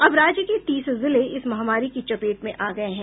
अब राज्य के तीस जिले इस महामारी की चपेट में आ गये हैं